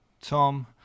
Tom